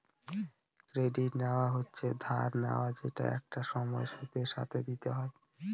credit নেওয়া হচ্ছে ধার নেওয়া যেটা একটা সময় সুদের সাথে দিতে হয়